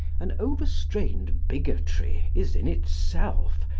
an overstrained bigotry is in itself,